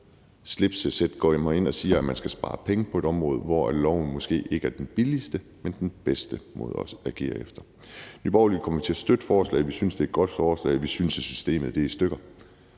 kommer ind og siger, at man skal spare penge på et område, hvor det måske ikke er det billigste at følge loven, men det bedste. Nye Borgerlige kommer til at støtte forslaget. Vi synes, at det er et godt forslag. Vi synes, at systemet helt generelt